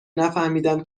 نفهمیدم